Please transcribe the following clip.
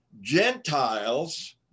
Gentiles